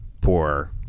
poor